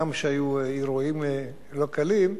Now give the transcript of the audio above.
גם כשהיו אירועים לא קלים,